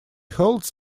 holds